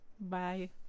bye